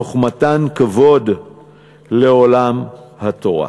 תוך מתן כבוד לעולם התורה.